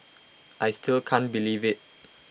I still can't believe IT